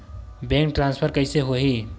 Bank transfer कइसे होही?